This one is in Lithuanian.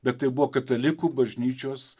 bet tai buvo katalikų bažnyčios